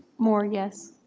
moore, yes.